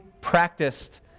practiced